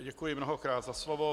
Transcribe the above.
Děkuji mnohokrát za slovo.